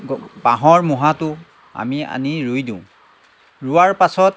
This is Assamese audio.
গ বাঁহৰ মূঢ়াটো আমি আনি ৰুই দিওঁ ৰোৱাৰ পাছত